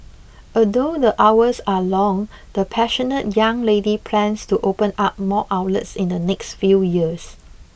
although the hours are long the passionate young lady plans to open up more outlets in the next few years